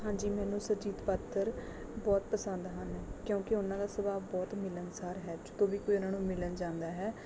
ਹਾਂਜੀ ਮੈਨੂੰ ਸੁਰਜੀਤ ਪਾਤਰ ਬਹੁਤ ਪਸੰਦ ਹਨ ਕਿਉਂਕਿ ਉਹਨਾਂ ਦਾ ਸੁਭਾਅ ਬਹੁਤ ਮਿਲਣਸਾਰ ਹੈ ਜਦੋਂ ਵੀ ਕੋਈ ਉਹਨਾਂ ਨੂੰ ਮਿਲਣ ਜਾਂਦਾ ਹੈ